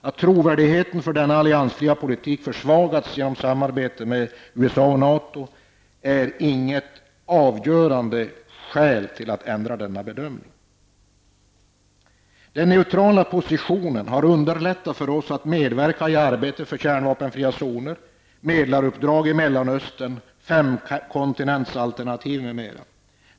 Att trovärdigheten beträffande denna alliansfria politik har försvagats genom samarbetet med USA och NATO utgör inte något avgörande skäl till att göra en annan bedömning. Den neutrala positionen har gjort det lättare för oss att medverka i arbetet för kärnvapenfria zoner, för medlaruppdrag i Mellanöstern, för femkontinentsalternativ m.m.